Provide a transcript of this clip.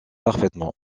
parfaitement